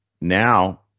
now